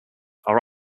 are